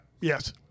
Yes